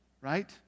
right